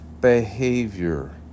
behavior